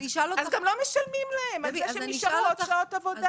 גם לא משלמים להם על זה שהם נשארו עוד שעות עבודה.